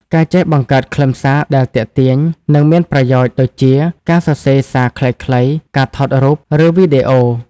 ការចេះបង្កើតខ្លឹមសារដែលទាក់ទាញ និងមានប្រយោជន៍ដូចជា ការសរសេរសារខ្លីៗ ការថតរូប ឬវីដេអូ។